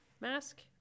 mask